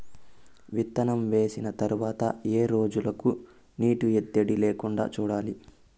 విత్తనం వేసిన తర్వాత ఏ రోజులకు నీటి ఎద్దడి లేకుండా చూడాలి?